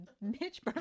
Mitch